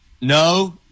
No